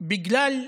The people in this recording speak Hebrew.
בגלל זיגזג,